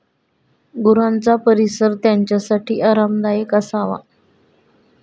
गुरांचा परिसर त्यांच्यासाठी आरामदायक असावा